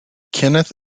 kenneth